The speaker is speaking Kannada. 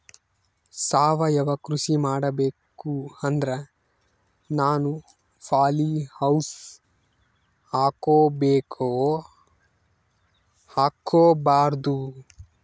ಸಾವಯವ ಕೃಷಿ ಮಾಡಬೇಕು ಅಂದ್ರ ನಾನು ಪಾಲಿಹೌಸ್ ಹಾಕೋಬೇಕೊ ಹಾಕ್ಕೋಬಾರ್ದು?